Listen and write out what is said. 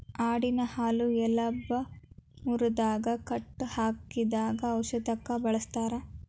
ಆಡಿನ ಹಾಲು ಎಲಬ ಮುರದಾಗ ಕಟ್ಟ ಹಾಕಿದಾಗ ಔಷದಕ್ಕ ಬಳಸ್ತಾರ